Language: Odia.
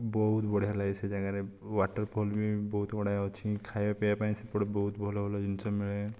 ବହୁତ ବଢ଼ିଆ ଲାଗେ ସେ ଜାଗାରେ ୱାଟରଫଲ ବି ବହୁତ ବଢ଼ିଆ ଅଛି ଖାଇବା ପିଇବା ପାଇଁ ସେପଟେ ବହୁତ ଭଲ ଭଲ ଜିନିଷ ମିଳେ